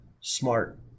smart